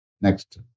Next